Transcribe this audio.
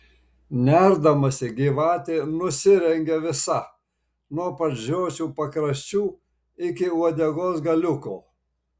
nerdamasi gyvatė nusirengia visa nuo pat žiočių pakraščių iki uodegos galiuko